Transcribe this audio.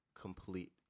complete